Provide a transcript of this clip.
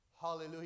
Hallelujah